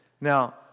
Now